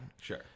Sure